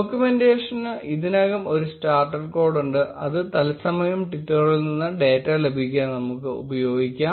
ഡോക്യുമെന്റേഷന് ഇതിനകം ഒരു starter code ഉണ്ട് അത് തത്സമയം ട്വിറ്ററിൽ നിന്ന് ഡേറ്റ ലഭിക്കാൻ നമ്മൾക്ക് ഉപയോഗിക്കാം